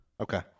Okay